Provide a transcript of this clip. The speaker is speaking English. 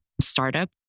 startup